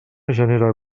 genera